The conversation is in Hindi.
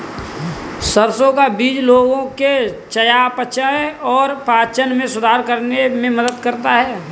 सरसों का बीज लोगों के चयापचय और पाचन में सुधार करने में मदद करता है